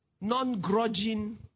non-grudging